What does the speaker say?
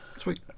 sweet